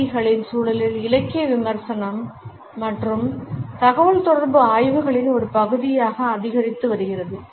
C களின் சூழலில் இலக்கிய விமர்சனம் மற்றும் தகவல் தொடர்பு ஆய்வுகளின் ஒரு பகுதியாக அதிகரித்து வருகிறது